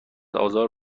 آزار